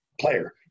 player